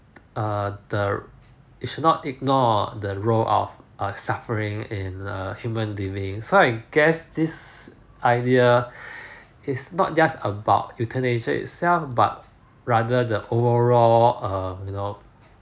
err the it should not ignore the role of uh suffering in the human living so I guess this idea is not just about euthanasia itself but rather the overall um you know